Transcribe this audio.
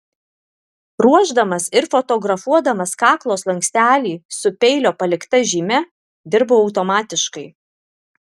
ruošdamas ir fotografuodamas kaklo slankstelį su peilio palikta žyme dirbau automatiškai